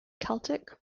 celtic